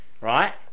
right